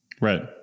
Right